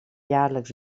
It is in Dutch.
jaarlijks